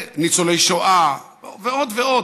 וניצולי שואה ועוד ועוד,